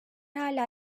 hala